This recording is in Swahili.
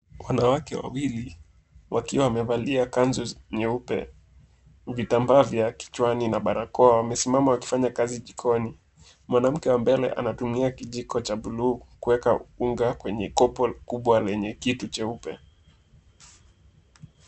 Wanawake wawili, wakiwa wamevalia kanzu nyeupe, vitambaa vya kichwani na barakoa wamesimama wakifanya kazi jikoni. Mwanamke wa mbele anatumia kijiko cha buluu kuweka unga kwenye kopo kubwa lenye kitu cheupe.